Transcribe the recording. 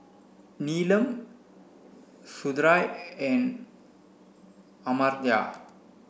Neelam Sundaraiah and Amartya